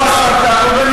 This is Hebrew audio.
או השר כחלון,